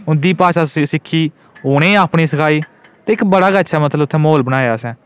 उं'दी भाशा सिक्खी उ'नेंगी अपनी सखाई इक बड़ा गै अचछा म्हौल बनाएआ असें